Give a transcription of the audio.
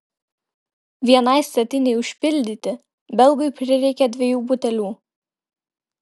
vienai statinei užpildyti belgui prireikė dviejų butelių